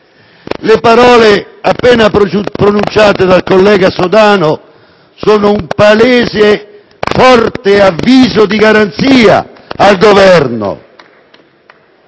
Le parole appena pronunciate dal collega Sodano sono un palese, forte avviso di garanzia al Governo.